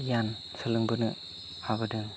गियान सोलों बोनो हाबोदों